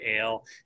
ale